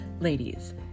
Ladies